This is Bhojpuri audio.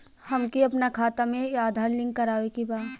हमके अपना खाता में आधार लिंक करावे के बा?